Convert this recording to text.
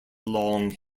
long